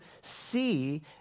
see